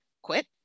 quit